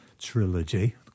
trilogy